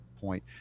point